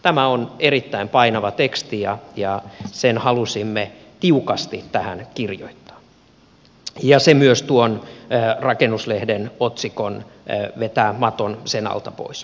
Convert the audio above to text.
tämä on erittäin painava teksti ja sen halusimme tiukasti tähän kirjoittaa ja se myös vetää maton tuon rakennuslehden otsikon alta pois